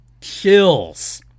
chills